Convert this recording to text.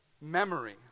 memory